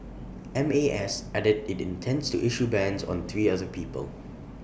M A S added IT intends to issue bans on three other people